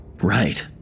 Right